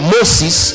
Moses